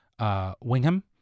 Wingham